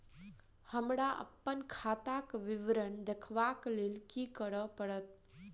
हमरा अप्पन खाताक विवरण देखबा लेल की करऽ पड़त?